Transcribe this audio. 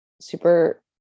super